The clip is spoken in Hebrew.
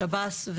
שב"ס,